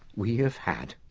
we've had,